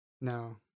No